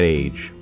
age